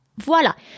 Voilà